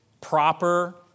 proper